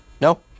No